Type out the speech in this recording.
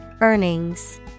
Earnings